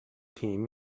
team